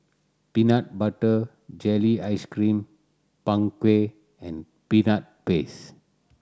peanut butter jelly ice cream Png Kueh and Peanut Paste